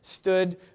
stood